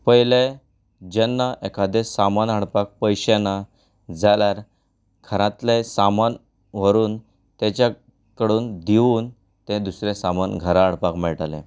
पयलें जेन्ना एकादें सामान हाडपाक पयशें ना जाल्यार घरांतलें सामान व्हरुन तेच्या कडून दिवन तें दूसरें सामान घरां हाडपाक मेळटालें